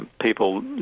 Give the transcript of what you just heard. people